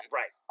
right